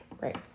Right